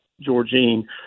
Georgine